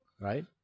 right